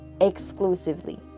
exclusively